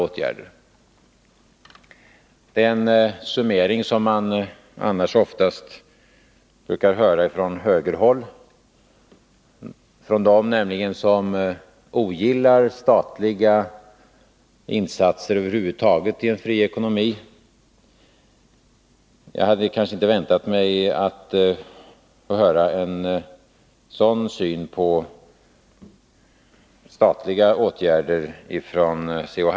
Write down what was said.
Det är en summering som man annars oftast brukar få höra från högerhåll, från dem nämligen som ogillar statliga insatser över huvud taget i en fri ekonomi. Jag hade kanske inte väntat mig en sådan syn på statliga åtgärder från C.-H.